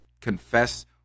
confess